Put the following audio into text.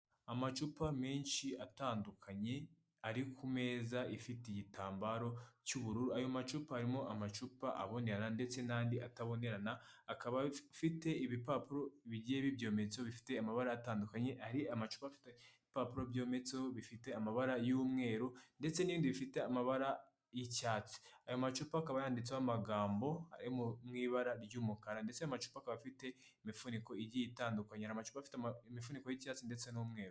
Amacupa menshi atandukanye ari ku meza ifite igitambaro cy'ubururu, ayo macupa arimo amacupa abonerana ndetse n'andi atabonerana, hakaba afite ibipapuro bigiye bibyometseho bifite amabara atandukanye, hari amacupa afite ibipapuro byometseho bifite amabara y'umweru ndetse n'ibindi bifite amabara y'icyati. Ayo macupa akaba yanditseho amagambo ari mu ibara ry'umukara ndetse ayo macupa akaba afite imifuniko igiye itandukanye, amacupa akaba afite imifuniko y'icyatsi ndetse n'umweru.